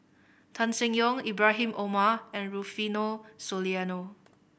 Tan Seng Yong Ibrahim Omar and Rufino Soliano